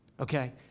Okay